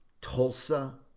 Tulsa